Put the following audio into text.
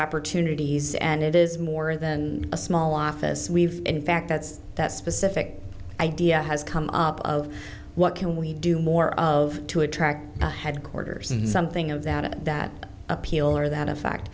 opportunities and it is more than a small office we've in fact that's that specific idea has come up of what can we do more of to attract a headquarters and something of that that appeal or that effect